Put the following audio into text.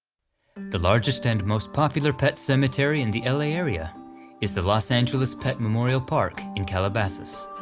the largest and most popular pet cemetery in the la area is the los angeles pet memorial park in calabasas,